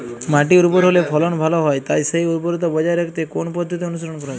মাটি উর্বর হলে ফলন ভালো হয় তাই সেই উর্বরতা বজায় রাখতে কোন পদ্ধতি অনুসরণ করা যায়?